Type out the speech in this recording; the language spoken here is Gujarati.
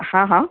હા હા